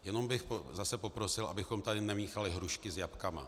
Jenom bych zase poprosil, abychom tady nemíchali hrušky a jablka.